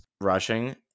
rushing